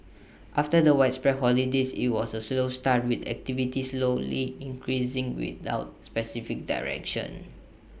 after the widespread holidays IT was A slow start with activity slowly increasing without specific direction